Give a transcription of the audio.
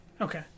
Okay